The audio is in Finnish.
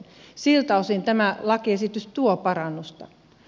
siltä osin tämä lakiesitys tuo parannusta